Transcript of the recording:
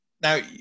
Now